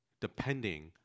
depending